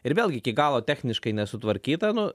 ir vėlgi iki galo techniškai nesutvarkyta nu